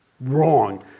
wrong